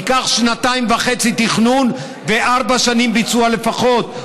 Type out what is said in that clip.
ייקח שתיים וחצי תכנון וארבע שנים ביצוע לפחות.